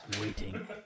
waiting